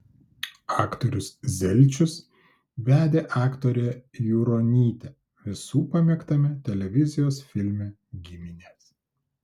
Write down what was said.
aktorius zelčius vedė aktorę juronytę visų pamėgtame televizijos filme giminės